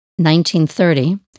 1930